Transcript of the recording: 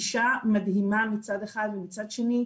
היא אישה מדהימה מצד אחר ומצד שני,